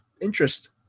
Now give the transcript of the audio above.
interest